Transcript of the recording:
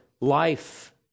life